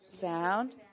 Sound